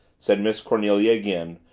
said miss cornelia again,